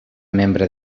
membre